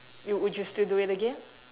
you would you still do it again